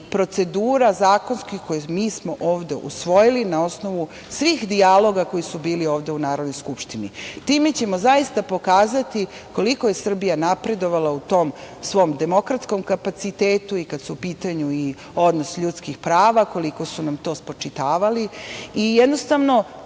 procedura zakonskih koje smo mi ovde usvojili na osnovu svih dijaloga koji su bili ovde u Narodnoj skupštini. Time ćemo zaista pokazati koliko je Srbija napredovala u tom svom demokratskom kapacitetu i kada su u pitanju i odnos ljudskih prava, koliko su nam to spočitavali.(Predsedavajuća: